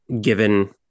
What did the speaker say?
given